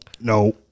no